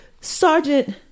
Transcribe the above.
Sergeant